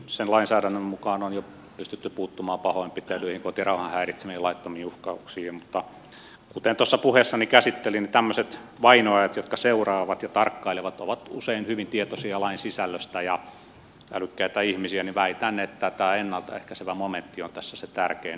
nykyisen lainsäädännön mukaan on jo pystytty puuttumaan pahoinpitelyihin kotirauhan häiritsemiseen laittomiin uhkauksiin mutta kuten puheessani käsittelin tämmöiset vainoajat jotka seuraavat ja tarkkailevat ovat usein hyvin tietoisia lain sisällöstä ja älykkäitä ihmisiä ja väitän että tämä ennalta ehkäisevä momentti on tässä se tärkein